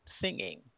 singing